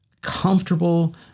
comfortable